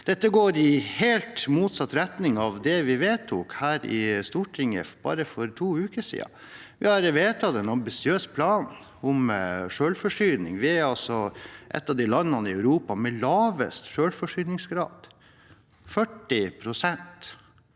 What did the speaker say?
Dette går i helt motsatt retning av det vi vedtok her i Stortinget for bare to uker siden. Vi har vedtatt en ambisiøs plan om selvforsyning. Vi er et av landene i Europa med lavest selvforsyningsgrad. Vi er